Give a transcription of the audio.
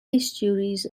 estuaries